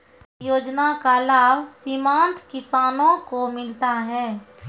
योजना का लाभ सीमांत किसानों को मिलता हैं?